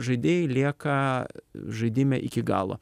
žaidėjai lieka žaidime iki galo